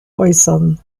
äußern